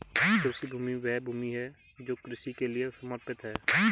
कृषि भूमि वह भूमि है जो कृषि के लिए समर्पित है